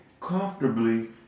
Comfortably